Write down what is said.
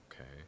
okay